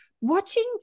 watching